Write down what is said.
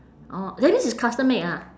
orh that means it's custom-made ah